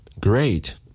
Great